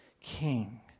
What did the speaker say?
king